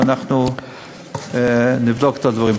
ואנחנו נבדוק את הדברים.